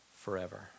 forever